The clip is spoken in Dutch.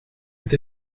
het